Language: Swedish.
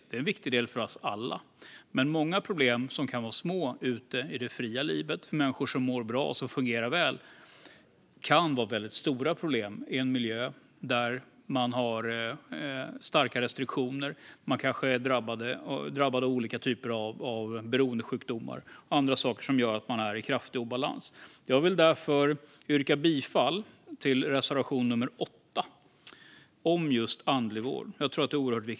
Den är viktig för oss alla, men många problem som kan vara små ute i det fria livet för människor som mår bra och fungerar väl kan vara väldigt stora problem i en miljö där man har starka restriktioner och man kanske är drabbad av olika beroendesjukdomar eller andra saker som gör att man är i kraftig obalans. Jag vill därför yrka bifall till reservation nummer 8 om andlig vård, som jag tror är oerhört viktig.